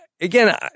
Again